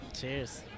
Cheers